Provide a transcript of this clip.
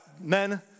men